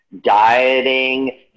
dieting